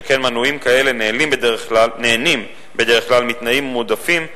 שכן מנויים כאלה נהנים בדרך כלל מתנאים מועדפים,